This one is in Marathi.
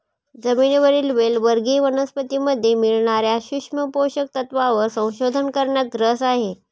जमिनीवरील वेल वर्गीय वनस्पतीमध्ये मिळणार्या सूक्ष्म पोषक तत्वांवर संशोधन करण्यात रस आहे